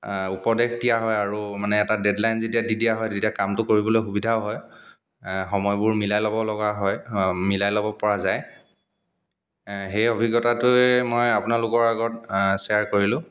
উপদেশ দিয়া হয় আৰু মানে এটা ডেডলাইন যেতিয়া দি দিয়া হয় তেতিয়া কামটো কৰিবলৈ সুবিধাও হয় সময়বোৰ মিলাই ল'ব লগা হয় মিলাই ল'ব পৰা যায় সেই অভিজ্ঞতাটোয়ে মই আপোনালোকৰ আগত শ্বেয়াৰ কৰিলোঁ